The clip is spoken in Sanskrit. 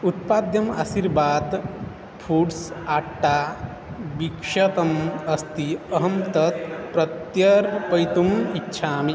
उत्पाद्यम् आशीर्वाद् फूड्स् आट्टा विक्षतम् अस्ति अहं तत् प्रत्यर्पयितुम् इच्छामि